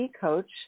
coach